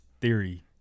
theory